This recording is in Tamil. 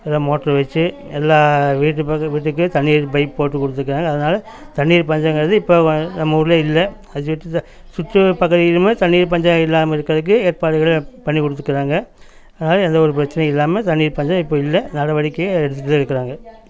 இல்லை மோட்ரு வச்சி எல்லாம் வீட்டு பக்க வீட்டுக்கு தண்ணி பைப் போட்டு கொடுத்துருக்காங்க அதனால் தண்ணி பஞ்சங்கிறது இப்போ நம்ம ஊரில் இல்லை அது சுற்று பட்ட இடமும் தண்ணி பஞ்சம் இல்லாமல் இருக்கிறதுக்கு ஏற்பாடுகள் பண்ணி கொடுத்துருக்காங்க அதனால் எந்த ஒரு பிரச்சனையும் இல்லாமல் தண்ணி பஞ்சம் இப்போ இல்லை நடவடிக்கை எடுத்துகிட்டு தான் இருக்கிறாங்க